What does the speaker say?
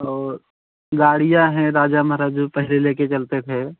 और गाड़ियाँ हैं राजा महाराज जो पहले लेकर चलते थे